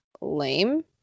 lame